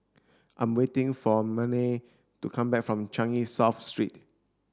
I'm waiting for Mannie to come back from Changi South Street